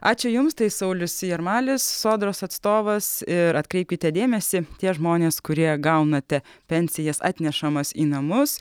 ačiū jums tai saulius jarmalis sodrosatstovas ir atkreipkite dėmesį tie žmonės kurie gaunate pensijas atnešamas į namus